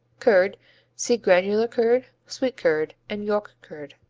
curd see granular curd, sweet curd and york curd.